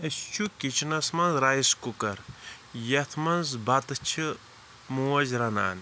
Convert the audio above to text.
اَسہِ چھُ کِچنس منٛز رایِس کُکر یَتھ منٛز بَتہٕ چھِ موج رَنان